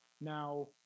Now